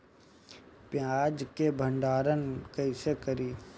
प्याज के भंडारन कईसे करी?